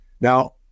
Now